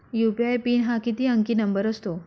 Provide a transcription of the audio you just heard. UPI PIN हा किती अंकी नंबर असतो?